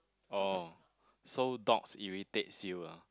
oh so dogs irritates you lah